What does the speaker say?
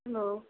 hello